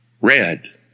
Red